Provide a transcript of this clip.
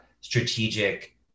strategic